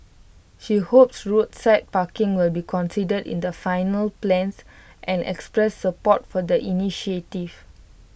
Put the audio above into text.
she hopes roadside parking will be considered in the final plans and expressed support for the initiative